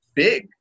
big